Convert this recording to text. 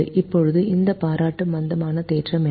இப்போது இந்த பாராட்டு மந்தமான தேற்றம் என்ன